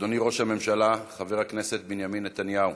אדוני ראש הממשלה חבר הכנסת בנימין נתניהו,